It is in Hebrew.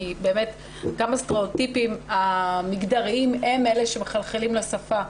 באמת כמה הסטריאוטיפים המגדריים הם אלה שמחלחלים לשפה.